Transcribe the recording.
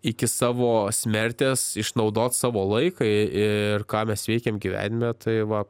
iki savo smertės išnaudot savo laiką ir ką mes veikiam gyvenime tai va